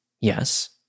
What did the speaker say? Yes